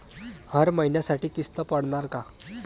हर महिन्यासाठी किस्त पडनार का?